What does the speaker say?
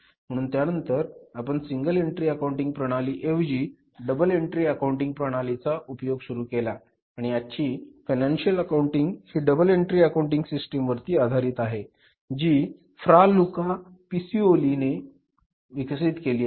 म्हणून त्यानंतर आपण सिंगल एंट्री अकाउंटिंग प्रणाली ऐवजी डबल एन्ट्री अकाउंटिंग प्रणालीचा उपयोग सुरू केला आणि आजची फायनान्शिअल अकाउंटिंग ही डबल एन्ट्री अकाउंटिंग सिस्टीम वर आधारित आहे जी फ्रा लुका पीसीओली ने विकसित केलेली आहे